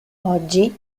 oggi